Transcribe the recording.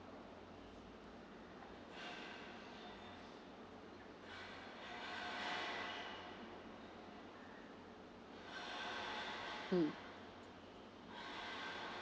mm